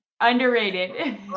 Underrated